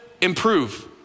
improve